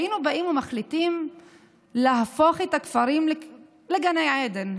היינו באים ומחליטים להפוך את הכפרים לגני עדן,